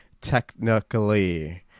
technically